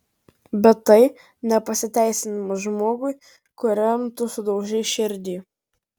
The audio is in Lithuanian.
bet tai ne pasiteisinimas žmogui kuriam tu sudaužei širdį